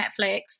Netflix